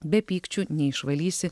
be pykčių neišvalysi